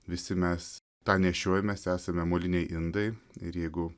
visi mes tą nešiojamės esame moliniai indai ir jeigu